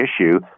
issue